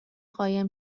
قایم